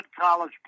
college